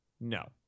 No